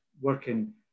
working